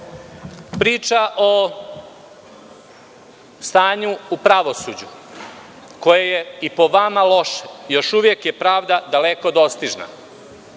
priča o stanju u pravosuđu koje je i po vama loše. Još uvek je pravda daleko dostižna,